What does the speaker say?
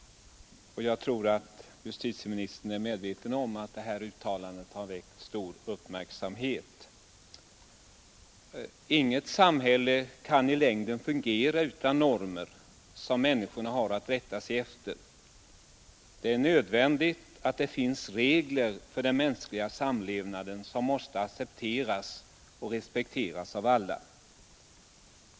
Jag tror att justitieministern är medveten om att detta uttalande har väckt stor uppmärksamhet. Inget samhälle kan i längden fungera utan normer, som människorna har att rätta sig efter. Det är nödvändigt att det för den mänskliga samlevnaden finns regler, vilka måste accepteras och respekteras av alla.